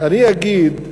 אני אגיד,